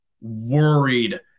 worried